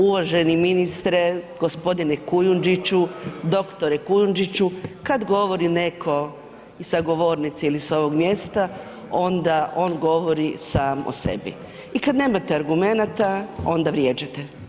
Uvaženi ministre, g. Kujundžiću, doktore Kujundžiću, kad govori netko i sa govornice il s ovog mjesta onda on govori sam o sebi i kad nemate argumenata onda vrijeđate.